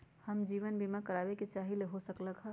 हम जीवन बीमा कारवाबे के चाहईले, हो सकलक ह?